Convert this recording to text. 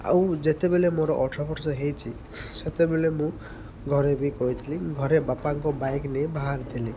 ଆଉ ଯେତେବେଳେ ମୋର ଅଠର ବର୍ଷ ହେଇଛି ସେତେବେଳେ ମୁଁ ଘରେ ବି କହିଥିଲି ଘରେ ବାପାଙ୍କ ବାଇକ୍ ନେଇ ବାହାରିଥିଲି